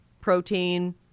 protein